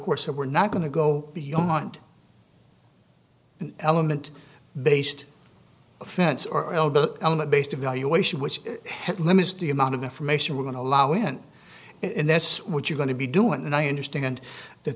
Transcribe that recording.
course of we're not going to go beyond the element based offense are based evaluation which has limits the amount of information we're going to allow in and that's what you're going to be doing and i understand that